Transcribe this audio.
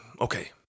okay